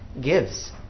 gives